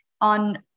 on